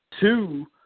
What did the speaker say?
two